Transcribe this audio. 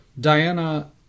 Diana